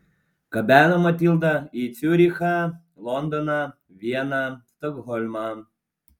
gabeno matildą į ciurichą londoną vieną stokholmą